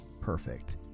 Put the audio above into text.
perfect